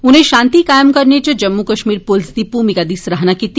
उनें शांति कायम करने च जम्मू कश्मीर पोलिस दी भूमिका दी सराहना कीती